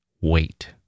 wait